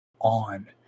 on